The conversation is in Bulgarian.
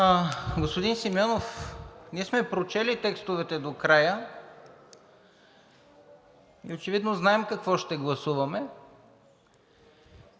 Господин Симеонов, ние сме прочели текстовете до края, очевидно знаем какво ще гласуваме